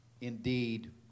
Indeed